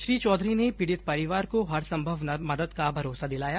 श्री चौधरी ने पीड़ित परिवार को हर संभव मदद का भरोसा दिलाया